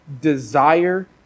desire